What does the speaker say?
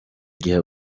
gihe